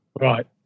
Right